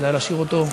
כדאי להשאיר אותו,